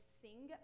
sing